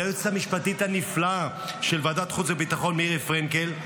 ליועצת המשפטית הנפלאה של ועדת החוץ והביטחון מירי פרנקל,